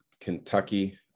Kentucky